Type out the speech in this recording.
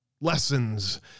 lessons